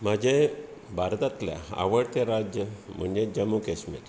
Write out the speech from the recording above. म्हजें भारतांतलें आवडतें राज्य म्हणजे जम्मू काशमीर